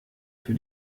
für